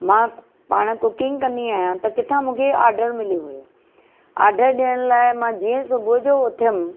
मां पाण कुकिंग कंदी आहियां त किथा मूंखे ऑर्डर मिलो हुयो ऑर्डर ॾियण लाइ मां जीअं सुबुह जो उथयमि